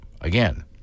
again